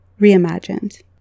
reimagined